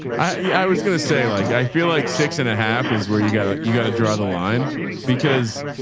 i was going to say, like, i feel like six and a half is where you gotta, you gotta draw the line because